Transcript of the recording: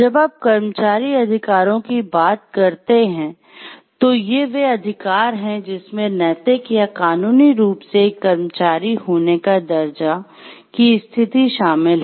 जब आप कर्मचारी अधिकारों की बात करते हैं तो ये वे अधिकार हैं जिसमें नैतिक या कानूनी रूप से एक कर्मचारी होने का दर्जा की स्थिति शामिल है